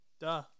duh